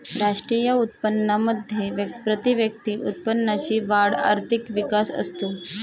राष्ट्रीय उत्पन्नामध्ये प्रतिव्यक्ती उत्पन्नाची वाढ आर्थिक विकास असतो